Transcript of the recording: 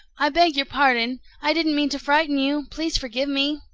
i beg your pardon. i didn't mean to frighten you. please forgive me.